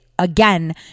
Again